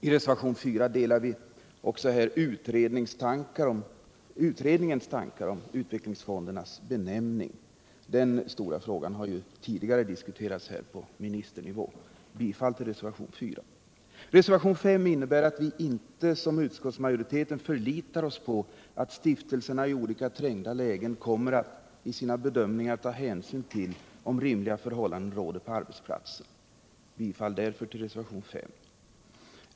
I reservation 4 delar vi utredningens tankar om utvecklingsfondernas benämning. Den ”stora” frågan i detta sammanhang har ju tidigare här diskuterats på ministernivå. Jag yrkar bifall till reservationen 4. Reservation 5 innebär att vi inte som utskottsmajoriteten förlitar oss på att stiftelserna i olika trängda lägen kommer att i sina bedömningar ta hänsyn till om rimliga förhållanden råder på arbetsplatsen. Därför yrkar jag bifall till reservationen 5.